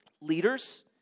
Leaders